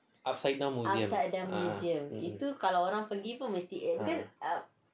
upside down museum ah um